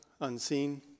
unseen